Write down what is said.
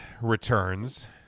returns